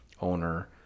owner